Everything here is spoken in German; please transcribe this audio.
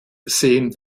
sehen